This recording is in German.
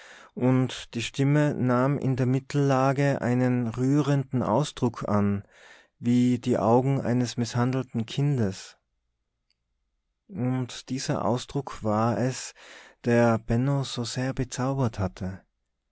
aber die stimme nahm in der mittellage einen rührenden ausdruck an wie die augen eines mißhandelten kindes und dieser ausdruck war es der benno so sehr bezaubert hatte